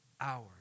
hours